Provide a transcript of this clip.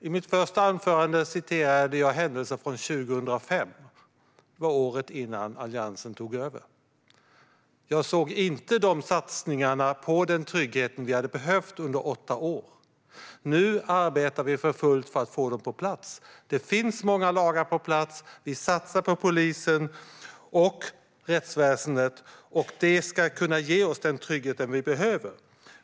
I mitt första inlägg citerade jag händelser från 2005, året innan Alliansen tog över. Jag såg inte de satsningar på trygghet som vi hade behövt under de åtta åren. Nu arbetar vi för fullt för att få dem på plats, och det finns många lagar på plats. Vi satsar på polisen och rättsväsendet, och detta ska kunna ge oss den trygghet som vi behöver.